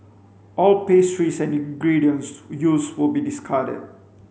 all pastries and ingredients used will be discarded